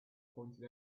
pointed